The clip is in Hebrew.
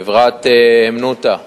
חברת "הימנותא",